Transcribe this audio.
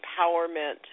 empowerment